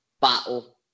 battle